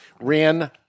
Ran